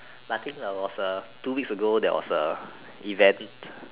I think I was a two weeks ago there was a event